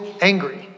angry